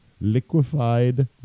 liquefied